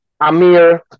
Amir